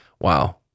Wow